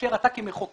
כאשר אתה כמחוקק